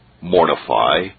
mortify